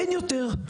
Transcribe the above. אין יותר.